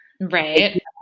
right